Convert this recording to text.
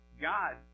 God